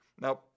Now